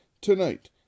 tonight